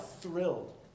thrilled